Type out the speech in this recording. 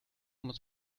muss